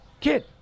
kid